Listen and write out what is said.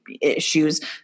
Issues